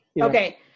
Okay